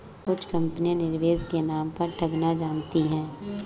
कुछ कंपनियां निवेश के नाम पर ठगना जानती हैं